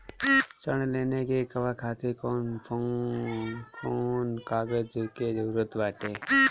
ऋण लेने के कहवा खातिर कौन कोन कागज के जररूत बाटे?